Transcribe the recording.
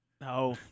No